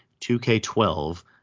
2K12